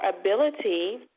ability